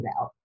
out